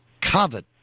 covered